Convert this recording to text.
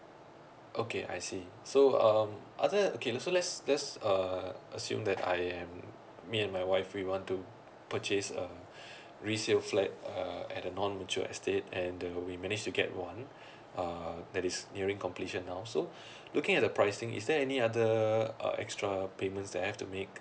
okay I see so um other okay so let's let's uh assume that I am me and my wife we want to purchase a resale flat uh at the non mature estate and the we managed to get one uh that is nearing completion now so looking at the pricing is there any other uh extra payment that I have to make